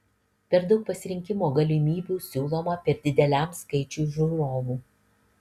per daug pasirinkimo galimybių siūloma per dideliam skaičiui žiūrovų